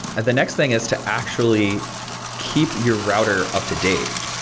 ah the next thing is to actually keep your router up-to-date.